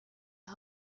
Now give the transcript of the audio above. get